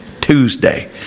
Tuesday